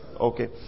Okay